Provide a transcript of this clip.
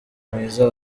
mwiza